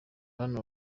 hano